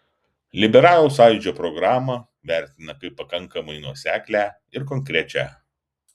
liberalų sąjūdžio programą vertina kaip pakankamai nuoseklią ir konkrečią